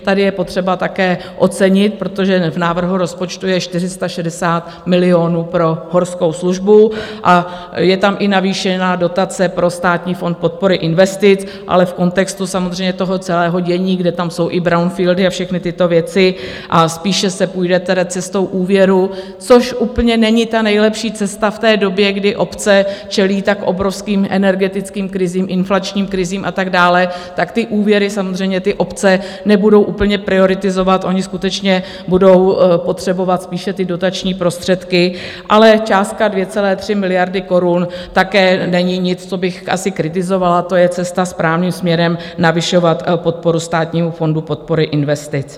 Tady je potřeba také ocenit, protože v návrhu rozpočtu je 460 milionů pro Horskou službu, a je tam i navýšená dotace pro Státní fond podpory investic, ale v kontextu samozřejmě celého dění, kdy tam jsou i brownfieldy a všechny tyto věci, a spíše se půjde tedy cestou úvěrů, což úplně není ta nejlepší cesta v době, kdy obce čelí tak obrovským energetickým krizím, inflačním krizím a tak dále, tak úvěry samozřejmě obce nebudou úplně prioritizovat, ony skutečně budou potřebovat spíše dotační prostředky, ale částka 2,3 miliardy korun také není nic, co bych asi kritizovala, to je cesta správným směrem, navyšovat podporu Státnímu fondu podpory investic.